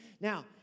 Now